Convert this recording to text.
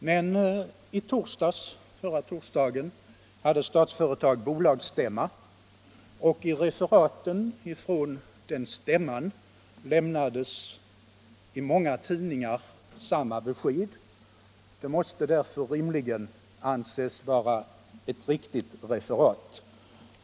Men när Statsföretag förra torsdagen hade bolagsstämma lämnades samma besked i många tidningsreferat från stämman, och därför måste det rimligen anses vara riktigt.